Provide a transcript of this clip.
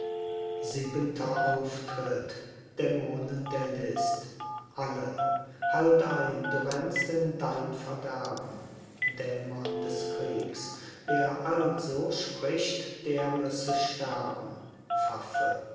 siebenter auftritt dämonen der list alle halt ein du rennst in dein verderben dämon des kriegs wer also spricht der müsse sterben pfaffe